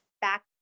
back